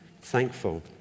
thankful